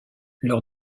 leur